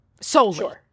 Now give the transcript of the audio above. solely